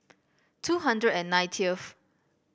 two hundred and ninetieth